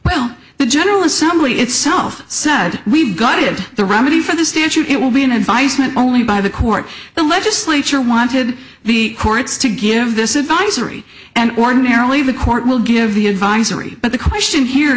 well the general assembly itself said we've got it the remedy for the statute it will be an advisement only by the court the legislature wanted the courts to give this advisory and ordinarily the court will give the advisory but the question here